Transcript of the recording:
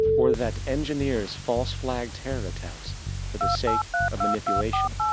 or that engineers false-flag terror attacks for the sake of manipulation?